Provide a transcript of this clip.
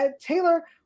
Taylor